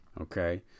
Okay